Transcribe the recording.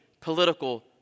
political